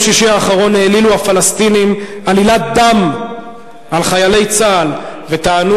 ביום שישי האחרון העלילו הפלסטינים עלילת דם על חיילי צה"ל והאשימו